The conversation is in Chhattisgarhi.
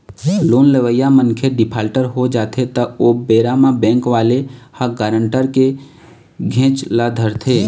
लोन लेवइया मनखे डिफाल्टर हो जाथे त ओ बेरा म बेंक वाले ह गारंटर के घेंच ल धरथे